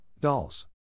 dolls